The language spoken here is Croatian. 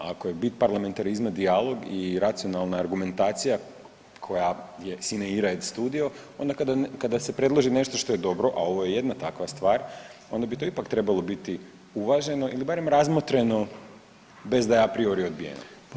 Ako je bit parlamentarizma dijalog i racionalna argumentacija koja je „sine ira et studio“, onda kada se predloži nešto što je dobro, a ovo je jedna takva stvar, onda bi to ipak trebalo biti uvaženo ili barem razmotreno bez da je apriori odbijeno.